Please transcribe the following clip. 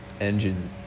engine